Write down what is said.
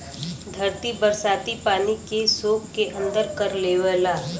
धरती बरसाती पानी के सोख के अंदर कर लेवला